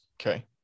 okay